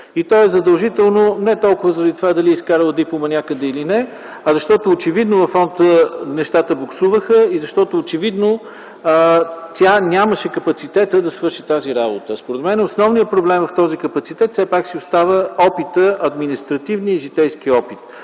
И то е задължително не толкова заради това дали е изкарала диплома някъде или не, а защото очевидно във фонда нещата буксуваха и защото очевидно тя нямаше капацитета да свърши тази работа. Според мен основният проблем в този капацитет си остава административният и житейски опит.